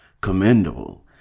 commendable